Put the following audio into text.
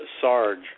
Sarge